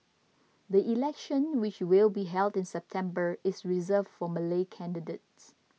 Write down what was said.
the election which will be held in September is reserved for Malay candidates